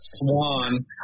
Swan